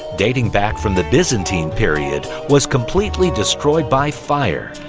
dating back from the byzantine period was completely destroyed by fire,